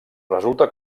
resulta